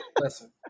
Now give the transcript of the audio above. Listen